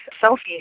Sophie